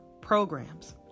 programs